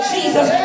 Jesus